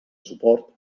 suport